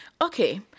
Okay